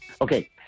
Okay